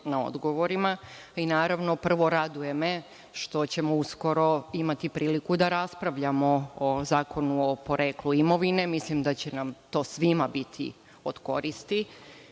na odgovorima. Naravno, prvo, raduje me što ćemo uskoro imati priliku da raspravljamo o zakonu o poreklu imovine. Mislim da će nam to svima biti od koristi,